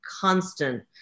constant